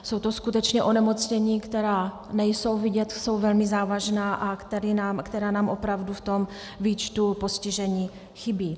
Jsou to skutečně onemocnění, která nejsou vidět a jsou velmi závažná a která nám opravdu ve výčtu postižení chybí.